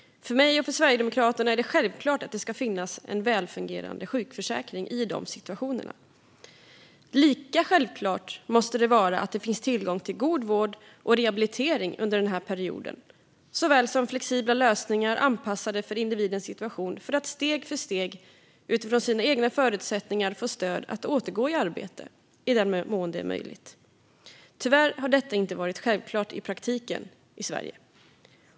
För mig och Sverigedemokraterna är det självklart att det ska finnas en välfungerande sjukförsäkring i dessa situationer. Lika självklart måste det vara att det finns tillgång till god vård och rehabilitering under denna period liksom flexibla lösningar anpassade till individens situation för att steg för steg utifrån sina egna förutsättningar få stöd att återgå i arbete i den mån det är möjligt. Tyvärr har detta inte varit självklart i praktiken i Sverige.